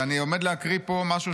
ואני עומד להקריא פה משהו